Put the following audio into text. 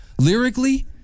Lyrically